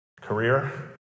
Career